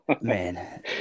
Man